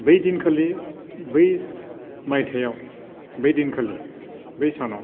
बै दिनखालि बै माइथायाव बै दिनखालि बै सानाव